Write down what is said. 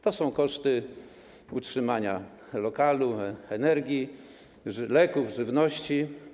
To są koszty utrzymania lokalu, energii, leków, żywności.